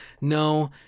No